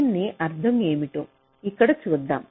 దీని అర్థం ఏమిటో ఇక్కడ చూద్దాం